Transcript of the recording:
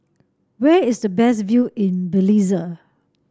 where is the best view in Belize